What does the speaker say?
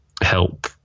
help